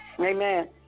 Amen